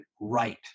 right